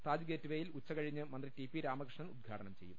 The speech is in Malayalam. താജ്ഗേറ്റ് ട് വേയിൽ ഉച്ചകഴിഞ്ഞ് മന്ത്രി ടി പി രാമകൃഷ്ണൻ ഉദ്ഘാടനം ചെയ്യും